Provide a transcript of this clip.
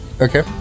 Okay